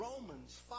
Romans